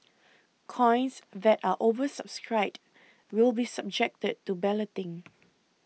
coins that are oversubscribed will be subjected to balloting